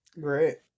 Great